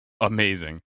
amazing